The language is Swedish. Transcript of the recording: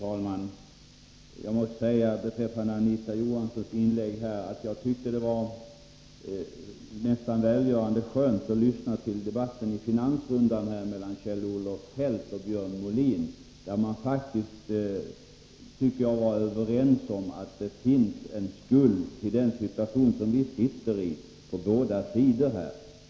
Fru talman! Jag måste säga med anledning av Anita Johanssons inlägg att jag tycker att det var välgörande skönt att lyssna till debatten i finansrundan mellan Kjell-Olof Feldt och Björn Molin. De var faktiskt, tycker jag, överens om att skulden till den situation vi nu befinner oss i finns på båda sidor.